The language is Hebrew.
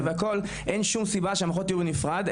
אין שום סיבה שהמערכות יהיו בנפרד,